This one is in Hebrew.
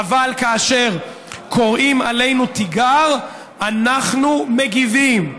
אבל כאשר קוראים עלינו תיגר אנחנו מגיבים.